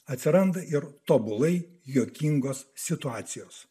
atsiranda ir tobulai juokingos situacijos